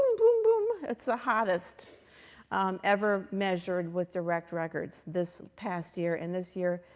boom, boom, boom. it's the hottest ever measured with direct records this past year. and this year,